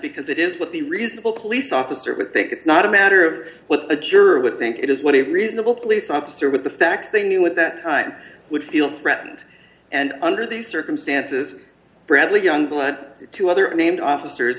because that is what the reasonable police officer would think it's not a matter of what the juror would think it is what a reasonable police officer with the facts they knew at that time would feel threatened and under these circumstances bradley youngblood two other named officers